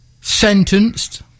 sentenced